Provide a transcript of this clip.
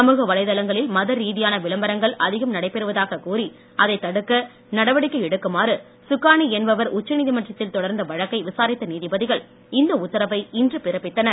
சமூக வலைதளங்களில் மத ரீதியான விளம்பரங்கள் அதிகம் நடைபெறுவதாக கூறி அதைத் தடுக்க நடவடிக்கை எடுக்குமாறு சுக்கானி என்பவர் உச்ச நீதிமன்றத்தில் தொடர்ந்த வழக்கை விசாரித்த நீதிபதிகள் இந்த உத்தரவை இன்று பிறப்பித்தனர்